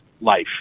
life